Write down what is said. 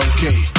Okay